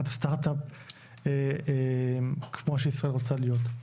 כמו שישראל רוצה להיות.